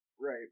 Right